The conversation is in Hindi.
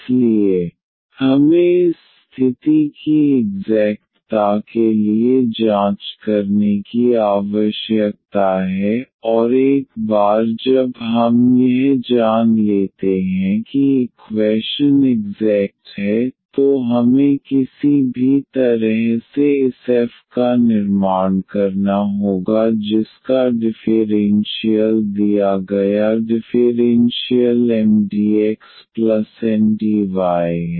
इसलिए हमें इस स्थिति की इग्ज़ैक्ट ता के लिए जांच करने की आवश्यकता है और एक बार जब हम यह जान लेते हैं कि इक्वैशन इग्ज़ैक्ट है तो हमें किसी भी तरह से इस f का निर्माण करना होगा जिसका डिफ़ेरेन्शियल दिया गया डिफ़ेरेन्शियल MdxNdy है